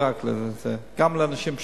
גם לאנשים פשוטים.